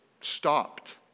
stopped